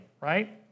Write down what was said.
right